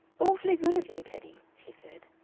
awfully good of you, teddy. she said.